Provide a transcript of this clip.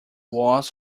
walls